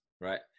right